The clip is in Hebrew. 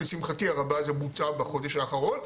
לשמחתי הרבה זה בוצע בחודש האחרון,